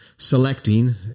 selecting